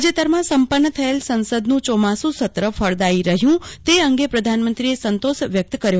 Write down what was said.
તાજેતરમાં સંપન્ન થયેલ સંસદનું ચોમાસુ સત્ર ફળદાઈ રહ્યું તે અંગે પ્રધાનમંત્રીએ સંતોષ વ્યક્ત કર્યો